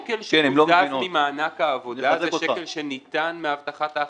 כל שקל שזז ממענק העבודה הוא שקל שניתן ממענק ההבטחה.